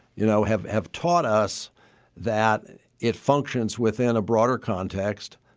you know, have have taught us that it functions within a broader context.